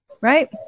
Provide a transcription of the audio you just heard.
Right